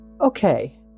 Okay